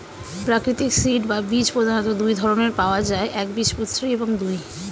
প্রাকৃতিক সিড বা বীজ প্রধানত দুই ধরনের পাওয়া যায় একবীজপত্রী এবং দুই